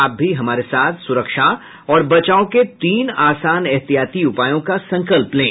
आप भी हमारे साथ सुरक्षा और बचाव के तीन आसान एहतियाती उपायों का संकल्प लें